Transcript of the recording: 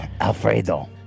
Alfredo